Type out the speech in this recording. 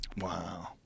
Wow